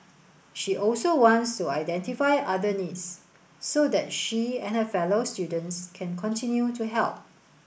she also wants to identify other needs so that she and her fellow students can continue to help